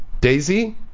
Daisy